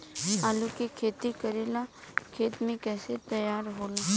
आलू के खेती करेला खेत के कैसे तैयारी होला?